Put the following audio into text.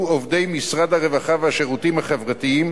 עובדי משרד הרווחה והשירותים החברתיים,